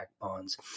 bonds